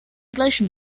gleichen